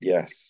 Yes